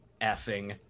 effing